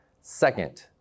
Second